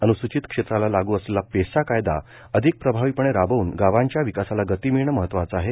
अन्सूचित क्षेत्राला लागू असलेला पेसा कायदा अधिक प्रभावीपणे राबवून गावांच्या विकासाला गती मिळणे महत्वाचं आहे